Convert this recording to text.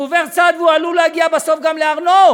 הוא עובר צד, והוא עלול להגיע בסוף גם להר-נוף,